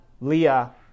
Leah